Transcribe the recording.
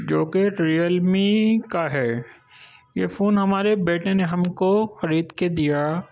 جو کہ Realme کا ہے یہ فون ہمارے بیٹے نے ہم کو خرید کے دیا